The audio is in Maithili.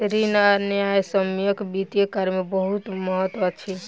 ऋण आ न्यायसम्यक वित्तीय कार्य में बहुत महत्त्व अछि